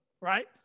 right